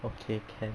okay can